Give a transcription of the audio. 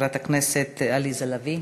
חברת הכנסת עליזה לביא.